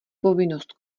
povinnost